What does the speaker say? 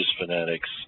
fanatics